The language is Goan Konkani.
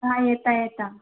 हां येता येता